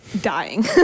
dying